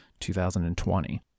2020